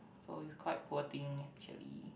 so is quite poor thing actually